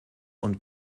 und